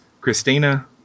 christina